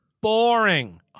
boring